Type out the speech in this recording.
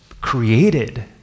created